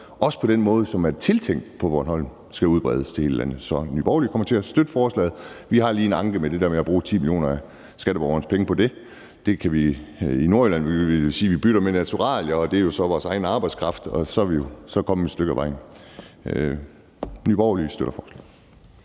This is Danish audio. også på den måde, som det er tiltænkt på Bornholm, skal udbredes til hele landet. Så Nye Borgerlige kommer til at støtte forslaget. Vi har lige en anke mod det der med at bruge 10 mio. kr. på det. I Nordjylland ville vi sige, at vi bytter med naturalier, og det er så vores egen arbejdskraft, og så er vi jo kommet et stykke af vejen. Nye Borgerlige støtter forslaget.